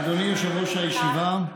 אדוני, יושב-ראש הישיבה,